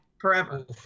forever